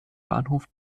bahnhof